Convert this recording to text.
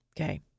Okay